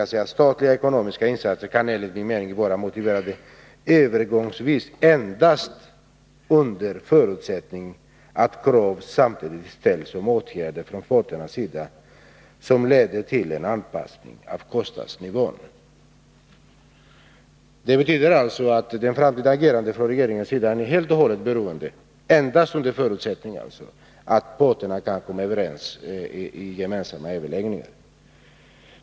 ”Statliga ekonomiska insatser kan enligt min mening vara motiverade övergångsvis endast under förutsättning att krav samtidigt ställs om åtgärder från parternas sida som leder till en anpassning av kostnadsnivån.” Det betyder alltså att det framtida agerandet från regeringens sida är helt och hållet beroende av att parterna kan komma överens i gemensamma överläggningar.